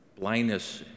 blindness